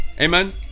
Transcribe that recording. Amen